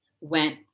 went